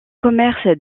commerce